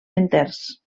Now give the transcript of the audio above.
enters